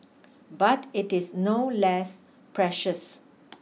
but it is no less precious